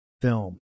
film